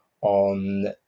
on